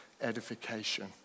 edification